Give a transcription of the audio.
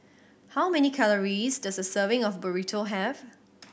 how many calories does a serving of Burrito have